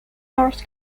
north